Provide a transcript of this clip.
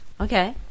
Okay